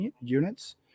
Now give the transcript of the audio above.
units